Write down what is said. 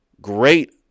Great